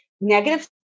negative